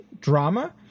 Drama